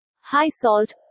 high-salt